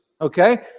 Okay